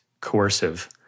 coercive